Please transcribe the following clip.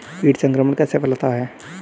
कीट संक्रमण कैसे फैलता है?